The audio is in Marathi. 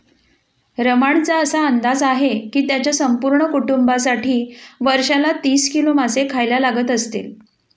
रमणचा असा अंदाज आहे की त्याच्या संपूर्ण कुटुंबासाठी वर्षाला तीस किलो मासे खायला लागत असतील